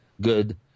good